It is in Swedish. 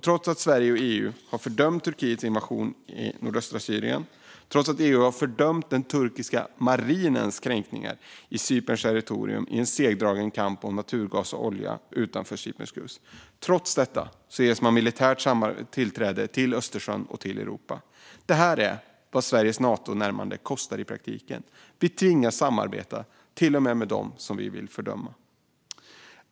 Trots att Sverige och EU har fördömt Turkiets invasion i nordöstra Syrien och trots att EU har fördömt den turkiska marinens kränkningar av Cyperns territorium i en segdragen kamp om naturgas och olja utanför Cyperns kust ges Turkiet militärt tillträde till Östersjön och Europa. Detta är vad Sveriges Natonärmande kostar i praktiken. Vi tvingas att samarbeta även med dem som vi vill fördöma.